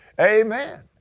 Amen